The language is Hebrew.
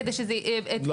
כדי שזה --- למה?